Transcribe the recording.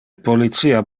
policia